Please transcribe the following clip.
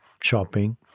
shopping